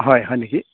হয় হয় নেকি